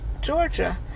Georgia